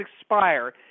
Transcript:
expire